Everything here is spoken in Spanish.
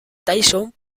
tyson